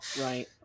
Right